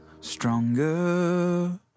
stronger